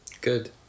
Good